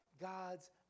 God's